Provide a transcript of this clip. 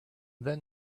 then